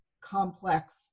complex